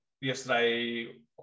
yesterday